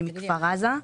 אני מכפר עזה.